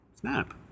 Snap